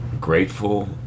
grateful